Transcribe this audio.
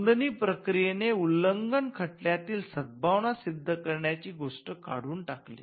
नोंदणी प्रक्रियेने उल्लंघन खटल्यातील सद्भावना सिद्ध करण्याची गोष्ट काढून टाकली